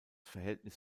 verhältnis